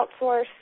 outsource